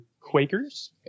Quakers